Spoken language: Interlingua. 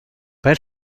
per